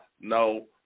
no